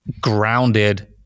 grounded